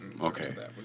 Okay